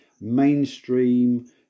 mainstream